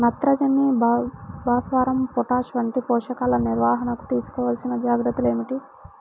నత్రజని, భాస్వరం, పొటాష్ వంటి పోషకాల నిర్వహణకు తీసుకోవలసిన జాగ్రత్తలు ఏమిటీ?